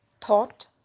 Thought